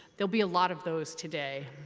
there'll be a lot of those today.